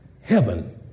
heaven